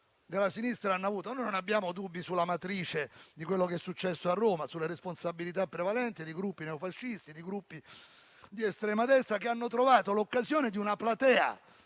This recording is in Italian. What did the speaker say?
della sinistra hanno avuto. Noi non abbiamo dubbi sulla matrice di quello che è successo a Roma e sulla responsabilità prevalente di gruppi neofascisti e di estrema destra, che hanno trovato l'occasione di una platea